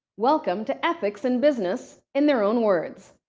welcome to ethics in business in their own words.